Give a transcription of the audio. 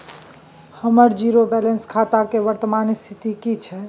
हमर zero balance खाता के वर्तमान स्थिति की छै?